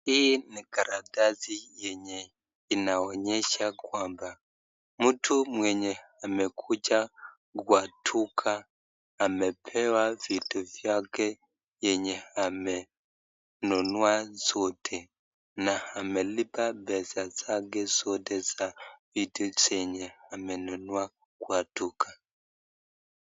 Hii ni karatasi yenye inaonyesha kwamba mtu mwenye amekuja kwa duka amepewa vitu vyake yenye amenunua zote na amelipa pesa zake zote za vitu zenye amenunua kwa duka.